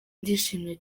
ndishimye